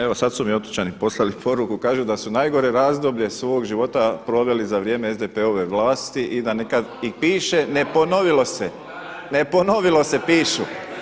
Evo sad su mi otočani poslali poruku kažu da su najgore razdoblje svog života proveli za vrijeme SDP-ove vlasti i da piše neponovilo se, neponovilo se pišu.